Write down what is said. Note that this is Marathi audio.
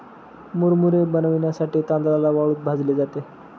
मुरमुरे बनविण्यासाठी तांदळाला वाळूत भाजले जाते